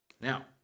Now